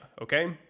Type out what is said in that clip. Okay